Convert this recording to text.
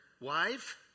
wife